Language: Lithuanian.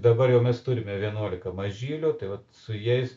dabar jau mes turime vienuolika mažylių tai vat su jais